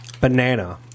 Banana